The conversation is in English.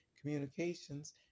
communications